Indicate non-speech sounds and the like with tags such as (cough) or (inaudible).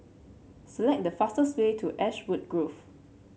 select the fastest way to Ashwood (noise) Grove